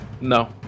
No